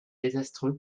désastreux